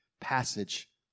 passage